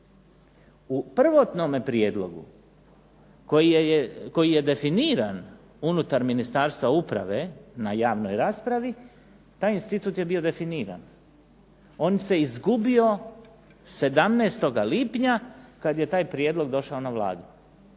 U prvotnome prijedlogu koji je definiran unutar Ministarstva uprave na javnoj raspravi, taj institut je bio definiran. On se izgubio 17. lipnja kad je taj prijedlog došao na Vladu.